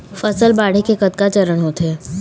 फसल बाढ़े के कतका चरण होथे?